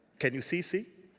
can you see c?